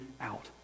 out